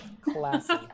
classy